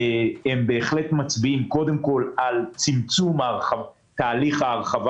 הם בהחלט מצביעים קודם כול על צמצום תהליך ההרחבה